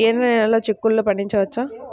ఎర్ర నెలలో చిక్కుల్లో పండించవచ్చా?